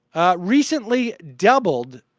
recently doubled